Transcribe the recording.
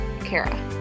Kara